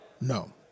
No